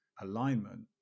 alignment